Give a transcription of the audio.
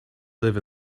live